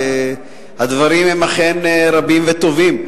הדברים הם אכן רבים וטובים.